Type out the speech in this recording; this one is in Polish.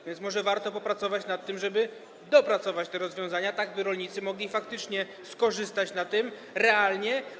A więc może warto popracować nad tym, żeby dopracować te rozwiązania, tak by rolnicy mogli skorzystać na tym realnie?